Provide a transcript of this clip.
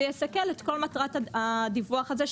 זה יסכל את כל מטרת הדיווח הזה,